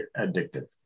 addictive